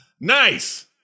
Nice